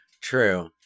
True